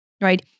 right